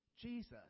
Jesus